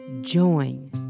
join